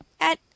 At